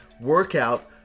workout